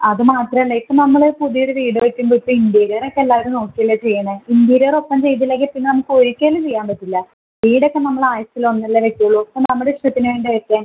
അത് മാത്രമല്ല ഇപ്പം നമ്മൾ പുതിയ ഒരു വീട് വയ്ക്കുമ്പോൾ ഇൻ്റീരിയറൊക്കെ എല്ലാവരും നോക്കിയല്ലേ ചെയ്യുന്നത് ഇൻ്റീരിയർ ഒപ്പം ചെയ്തില്ലെങ്കിൽ പിന്നെ നമ്മൾക്ക് ഒരിക്കലും ചെയ്യാൻ പറ്റില്ല വീടൊക്കെ നമ്മൾ ആയുസ്സിൽ ഒന്നല്ലേ വയ്ക്കുള്ളൂ അപ്പോൾ നമ്മുടെ ഇഷ്ടത്തിന് വേണ്ടേ വയ്ക്കാൻ